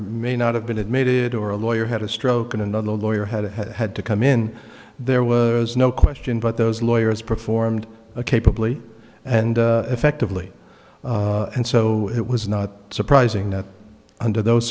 may not have been admitted or a lawyer had a stroke and another lawyer had had to come in there was no question but those lawyers performed capably and effectively and so it was not surprising that under those